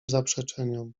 zaprzeczeniom